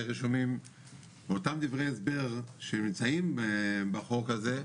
באותם דברי הסבר שנמצאים בחוק הזה,